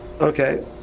Okay